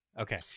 Okay